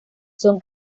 son